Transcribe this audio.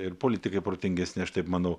ir politikai protingesni aš taip manau